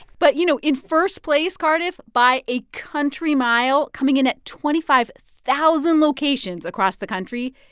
but, you know, in first place, cardiff, by a country mile, coming in at twenty five thousand locations across the country,